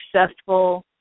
successful